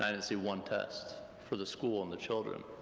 i didn't see one test for the school and the children,